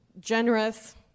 generous